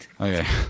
Okay